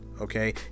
okay